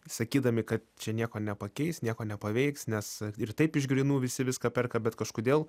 sakydami kad čia nieko nepakeis nieko nepaveiks nes ir taip iš grynų visi viską perka bet kažkodėl